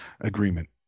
agreement